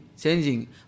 changing